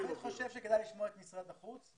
אני חושב שכדאי לשמוע את משרד החוץ.